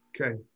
Okay